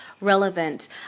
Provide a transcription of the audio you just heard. relevant